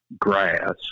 grass